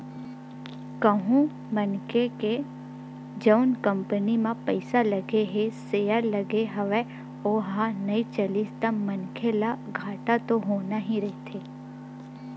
कहूँ मनखे के जउन कंपनी म पइसा लगे हे सेयर लगे हवय ओहा नइ चलिस ता मनखे ल घाटा तो होना ही रहिथे